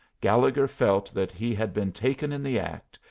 gallegher felt that he had been taken in the act,